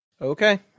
Okay